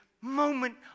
moment